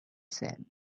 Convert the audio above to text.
said